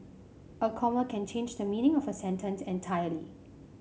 a comma can change the meaning of a sentence entirely